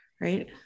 right